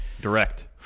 Direct